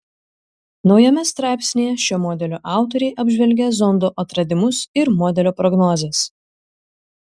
naujame straipsnyje šio modelio autoriai apžvelgia zondo atradimus ir modelio prognozes